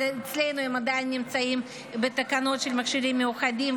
אבל אצלנו הם עדיין נמצאים בתקנות של מכשירים מיוחדים,